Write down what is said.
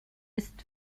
ist